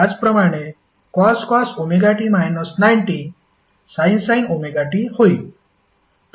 त्याचप्रमाणे cos ωt 90 sin ωt होईल